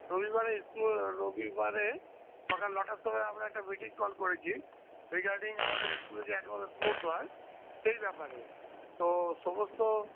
রবিবারে স্কুল রবিবারে সকাল নটার সময় আমরা একটা মিটিং কল করেছি রিগার্ডিং আমাদের স্কুলে যে অ্যানুয়াল স্পোর্টস হয় সেই ব্যাপারে তো সমস্ত